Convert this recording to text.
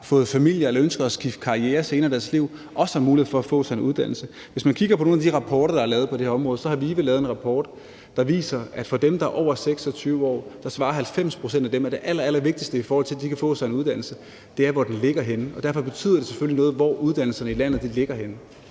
fået familie eller ønsker at skifte karriere senere i deres liv – også har mulighed for at få sig en uddannelse. Hvis man kigger på nogle af de rapporter, der er lavet på det her område, vil man se, at VIVE har lavet en rapport, der viser, at af dem, der er over 26 år, svarer 90 pct., at det allerallervigtigste, i forhold til at de kan få sig en uddannelse, er, hvor den ligger henne, og derfor betyder det selvfølgelig noget, hvor uddannelserne i landet ligger henne.